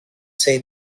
say